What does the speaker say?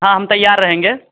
हाँ हम तैयार रहेंगे